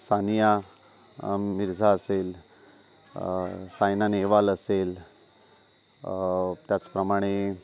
सानिया मिर्झा असेल सायना नेहवाल असेल त्याचप्रमाणे